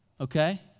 Okay